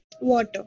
water